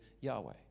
Yahweh